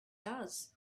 does